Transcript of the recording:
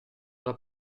alla